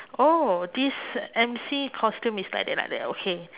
oh this M_C costume is like that like that okay